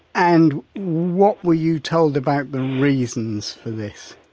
and what were you told about the reasons for this?